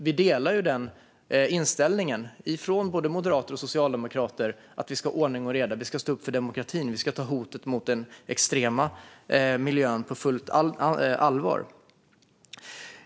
Vi delar inställningen från både moderater och socialdemokrater att vi ska ha ordning och reda och att vi ska stå upp för demokratin och ta hotet från den extrema miljön på fullt allvar.